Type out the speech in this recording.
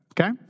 Okay